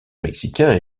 mexicain